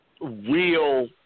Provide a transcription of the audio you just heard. Real